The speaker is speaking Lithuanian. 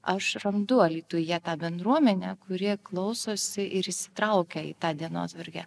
aš randu alytuje tą bendruomenę kuri klausosi ir įsitraukia į tą dienotvarkę